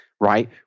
right